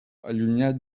allunyat